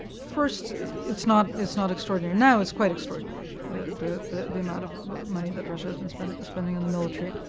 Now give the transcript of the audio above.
first it's not it's not extraordinary. now it's quite extraordinary, the the amount of money that russia has been spending and spending on the military.